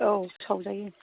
औ सावजायो